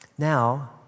Now